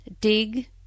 Dig